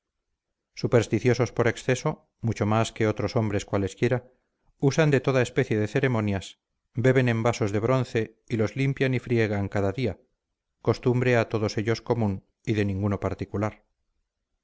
supersticiosos por exceso mucho más que otros hombres cualesquiera usan de toda especie de ceremonias beben en vasos de bronce y los limpian y friegan cada día costumbre a todos ellos común y de ninguno particular